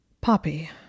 Poppy